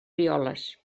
violes